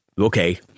okay